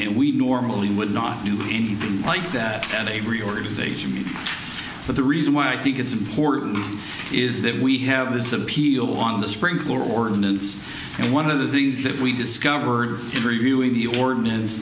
meaning we normally would not do anything like that and a reorganization but the reason why i think it's important is that we have this appeal on the sprinkler ordinance and one of the things that we discovered in reviewing the ordinance